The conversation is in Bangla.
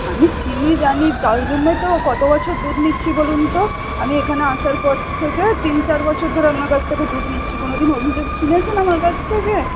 আমি চিনি জানি তাই জন্যই তো কত বছর দুধ নিচ্ছি বলুন তো আমি এখানে আসার পর থেকে তিন চার বছর ধরে আপনার কাছ থেকে দুধ নিচ্ছি কোনদিনও অভিযোগ শুনেছেন আমার কাছ থেকে